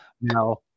now